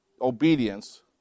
obedience